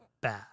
bad